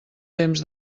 temps